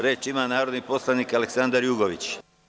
Reč ima narodni poslanik Aleksandar Jugović.